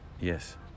Yes